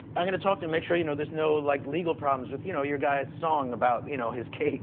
i'm gonna talk to him, make sure you know there's no, like, legal problems with, you know, your guys' song about, you know, his